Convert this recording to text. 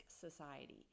Society